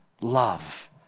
love